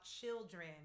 children